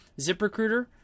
ZipRecruiter